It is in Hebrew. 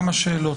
כמה שאלות.